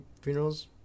funerals